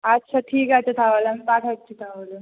আচ্ছা ঠিক আছে তাহলে আমি পাঠাচ্ছি তাহলে